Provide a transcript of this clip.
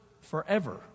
forever